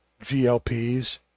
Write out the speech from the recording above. glp's